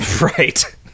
Right